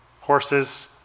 horses